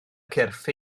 cyrff